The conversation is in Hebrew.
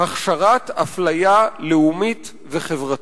"הכשרת אפליה לאומית וחברתית".